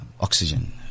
oxygen